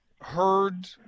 heard